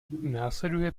následuje